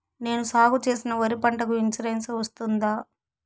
నేను సాగు చేసిన వరి పంటకు ఇన్సూరెన్సు వస్తుందా?